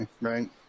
right